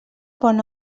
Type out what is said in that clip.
bon